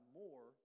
more